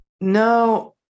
No